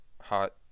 Hot